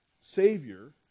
Savior